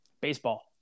Baseball